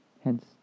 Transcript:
Hence